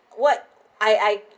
what I I